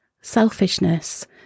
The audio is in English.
selfishness